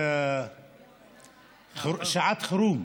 שעת חירום.